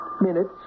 Minutes